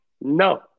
no